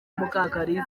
mukakalisa